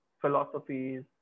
philosophies